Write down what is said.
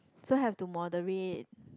so have to moderate